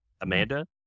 Amanda